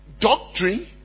doctrine